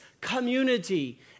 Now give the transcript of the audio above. community